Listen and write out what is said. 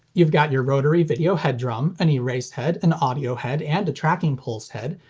you've got your rotary video head drum. an erase head, an audio head, and a tracking pulse head.